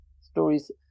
stories